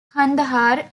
kandahar